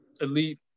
elite